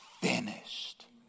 finished